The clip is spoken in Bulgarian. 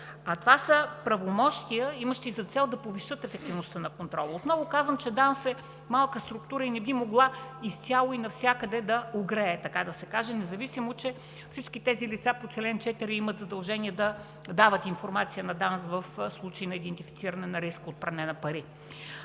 а това са правомощия, имащи за цел да повишат ефективността на контрола. Отново казвам, че ДАНС е малка структура и не би могла изцяло и навсякъде да огрее – така да се каже, независимо че всички тези лица по чл. 4 имат задължение да дават информация на ДАНС в случай на идентифициране на риск от пране на пари.